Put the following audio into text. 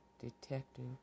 Detective